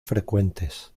frecuentes